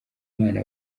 imana